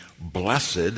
blessed